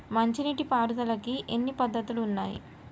మంచి నీటి పారుదలకి ఎన్ని పద్దతులు ఉన్నాయి?